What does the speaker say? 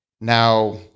Now